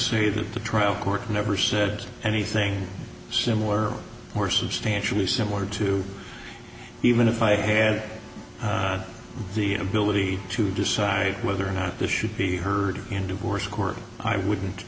say that the trial court never said anything similar or substantially similar to even if i had the ability to decide whether or not this should be heard in divorce court i wouldn't